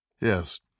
Yes